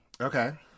okay